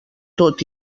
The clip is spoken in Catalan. tot